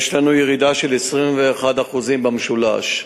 לנו ירידה של 21% במקרי הירי במשולש.